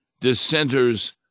Dissenters